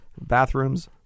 bathrooms